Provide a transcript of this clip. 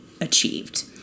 achieved